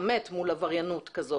להתעמת מול עבריינות כזאת?